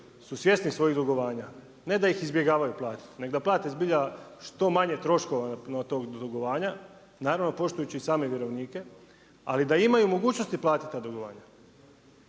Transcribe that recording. su svjesni svojih dugovanja, ne da ih izbjegavaju platiti nego da plate zbilja što manje troškova tog dugovanja, naravno poštujući i same vjerovnike, ali da imaju mogućnosti platiti ta dugovanja.